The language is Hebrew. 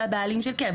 זה הבעלים של הכלב.